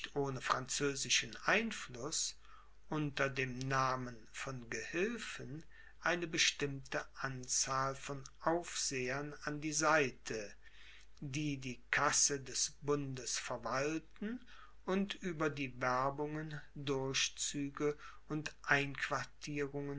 ohne französischen einfluß unter dem namen von gehilfen eine bestimmte anzahl von aufsehern an die seite die die kasse des bundes verwalten und über die werbungen durchzüge und einquartierung